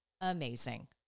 amazing